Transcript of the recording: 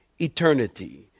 eternity